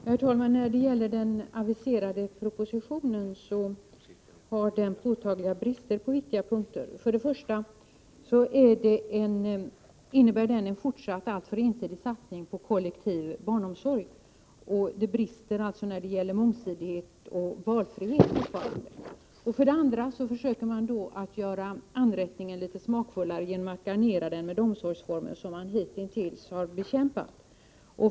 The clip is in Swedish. Herr talman! När det gäller den aviserade propositionen, så har den påtagliga brister på viktiga punkter. För det första innebär den en fortsatt alltför ensidig satsning på kollektiv barnomsorg. Det brister alltså fortfarande då det gäller mångsidighet och valfrihet. För det andra försöker man göra anrättningen litet smakfullare genom att garnera den med omsorgsformer som man hitintills har bekämpat.